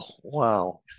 wow